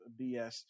BS